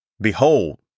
Behold